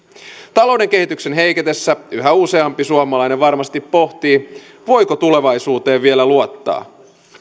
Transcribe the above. talouden kehityksen heiketessä yhä useampi suomalainen varmasti pohtii voiko tulevaisuuteen vielä luottaa